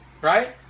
Right